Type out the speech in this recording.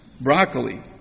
broccoli